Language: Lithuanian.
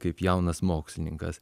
kaip jaunas mokslininkas